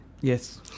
Yes